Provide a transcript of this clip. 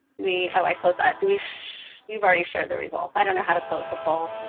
we oh, i closed that. do we you've already shared the results. i don't know how to close the poll. oh,